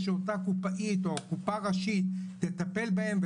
שאותה קופאית או קופה ראשית תטפל בהם,